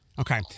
Okay